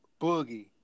Boogie